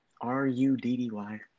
R-U-D-D-Y